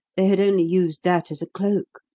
they had only used that as a cloak.